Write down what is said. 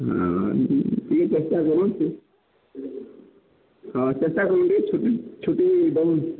ହଁ ଟିକେ ଚେଷ୍ଟା କରୁନ୍ ହଁ ଚେଷ୍ଟା କରୁନ୍ ଟିକେ ଛୁଟି ଛୁଟି ଦେଉନ୍